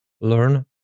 learn